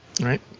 Right